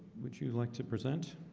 would you like to present?